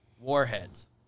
warheads